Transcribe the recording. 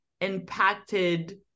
impacted